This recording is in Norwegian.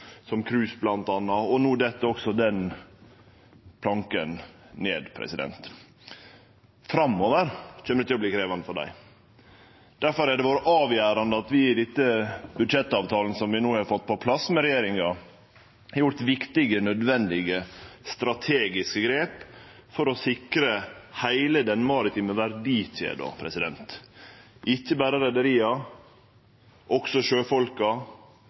som cruise bl.a., og no dett også den planken ned. Framover kjem det til å verte krevjande for dei. Difor har det vore avgjerande at vi i den budsjettavtalen som vi no har fått på plass med regjeringa, har gjort viktige og nødvendige strategiske grep for å sikre heile den maritime verdikjeda, ikkje berre reiarlaga, men også sjøfolka